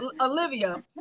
Olivia